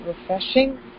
refreshing